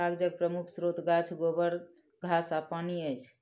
कागजक प्रमुख स्रोत गाछ, गोबर, घास आ पानि अछि